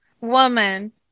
woman